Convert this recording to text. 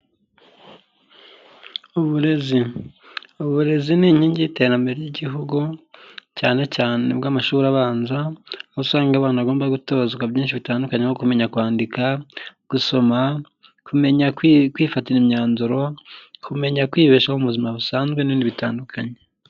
Uburezi, uburezi ni inkingi y'iterambere ry'igihugu, cyane cyane ubw'amashuri abanza, usanga abana agomba gutozwa byinshi bitandukanye nko kumenya kwandika, gusoma, kumenya kwifatira imyanzuro, kumenya kwibeshaho mu buzima busanzwe n'ibindi bitandukanye.